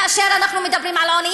כאשר אנחנו מדברים על עוני.